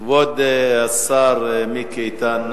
כבוד השר מיקי איתן,